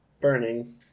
Burning